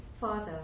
Father